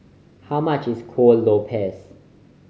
how much is Kuih Lopes